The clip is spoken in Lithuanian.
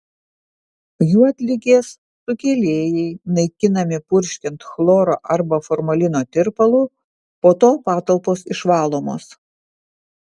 juodligės sukėlėjai naikinami purškiant chloro arba formalino tirpalu po to patalpos išvalomos